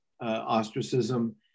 ostracism